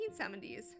1970s